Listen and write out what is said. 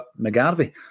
McGarvey